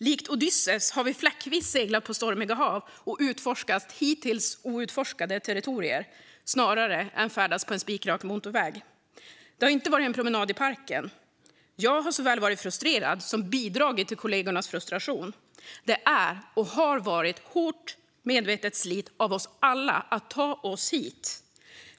Likt Odysseus har vi fläckvis seglat på stormiga hav och utforskat hittills outforskade territorier snarare än färdats på en spikrak motorväg. Det har inte varit en promenad i parken. Jag har såväl varit frustrerad som bidragit till kollegornas frustration. Det är och har varit ett hårt och medvetet slit av oss alla för att ta oss hit.